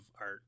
art